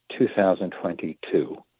2022